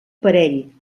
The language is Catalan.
parell